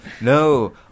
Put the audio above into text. no